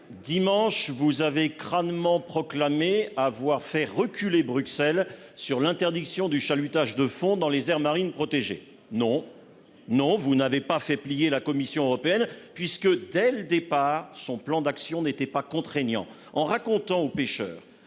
dimanche. Vous avez crânement proclamé avoir fait reculer Bruxelles sur l'interdiction du chalutage de fond dans les aires marines protégées non. Non, vous n'avez pas fait plier la Commission européenne puisque dès le départ, son plan d'action n'était pas contraignant en racontant aux pêcheurs